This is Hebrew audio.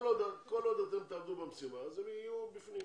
כל עוד אתם תעמדו במשימה אז הם יהיו בפנים.